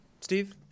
Steve